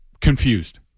confused